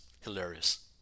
hilarious